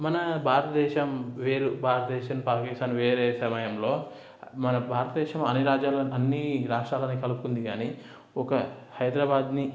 మన భారతదేశం వేరు భారతదేశం పాకిస్తాన్ వేరు అయ్యే సమయంలో మన భారతదేశం అన్ని రాజ్యాల అన్నీ రాష్ట్రాలని కలుపుకుంది కానీ ఒక హైదరాబాద్ని